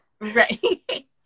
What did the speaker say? Right